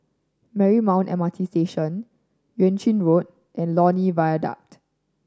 Marymount M R T Station Yuan Ching Road and Lornie Viaduct